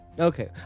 Okay